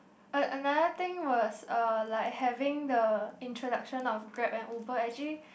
uh another thing was uh like having the introduction of Grab and Uber actually